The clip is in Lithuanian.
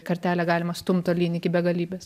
kartelę galima stumt tolyn iki begalybės